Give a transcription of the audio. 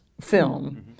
film